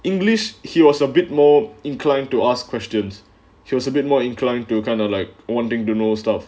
english he was a bit more inclined to ask questions she was a bit more inclined to kind of like wanting to know stuff